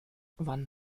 wann